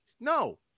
No